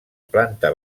planta